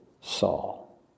Saul